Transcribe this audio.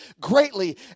greatly